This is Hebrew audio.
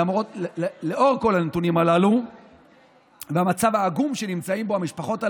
לנוכח כל הנתונים הללו והמצב העגום שנמצאות בו המשפחות הללו,